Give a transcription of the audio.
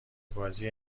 بازی